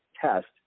test